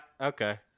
Okay